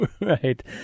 Right